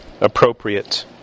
appropriate